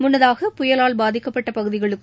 முன்னதாக புயலால் பாதிக்கப்பட்ட பகுதிகளுக்கு